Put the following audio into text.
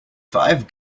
five